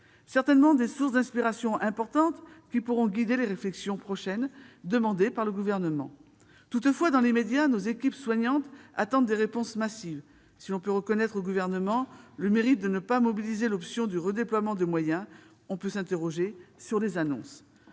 certainement de sources d'inspiration importantes, qui pourront guider les réflexions demandées par le Gouvernement. Toutefois, dans l'immédiat, nos équipes soignantes attendent des réponses massives. Si l'on peut reconnaître au Gouvernement le mérite de ne pas retenir l'option du redéploiement de moyens, on peut s'interroger sur les annonces.